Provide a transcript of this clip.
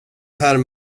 här